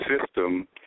system